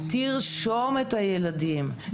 תרשום את הילדים,